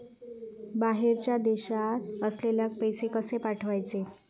बाहेरच्या देशात असलेल्याक पैसे कसे पाठवचे?